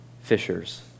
fishers